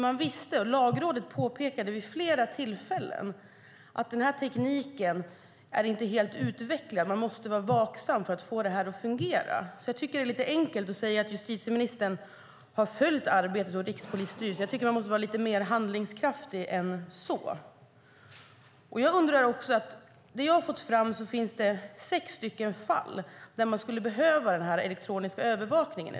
Man visste - och Lagrådet påpekade vid flera tillfällen - att tekniken inte är helt utvecklad och att man måste vara vaksam för att få detta att fungera. Jag tycker alltså att det är lite enkelt att säga att justitieministern har följt arbetet hos Rikspolisstyrelsen. Jag tycker att hon måste vara lite mer handlingskraftig än så. I det jag har fått fram finns det sex fall där man i dag skulle behöva denna elektroniska övervakning.